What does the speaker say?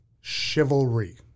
Chivalry